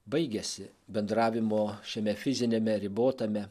baigiasi bendravimo šiame fiziniame ribotame